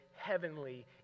heavenly